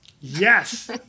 Yes